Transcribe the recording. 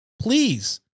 please